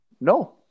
No